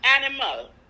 animal